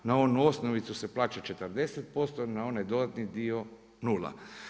Na onu osnovicu se plaća 40%, na onaj dodatni dio nula.